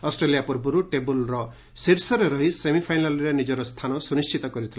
Australia ପୂର୍ବରୁ table ଶୀର୍ଷରେ ରହି ସେମିଫାଇନାଲ୍ରେ ନିଜର ସ୍ଥାନ ସୁନିଶ୍ଚିତ କରିଥିଲା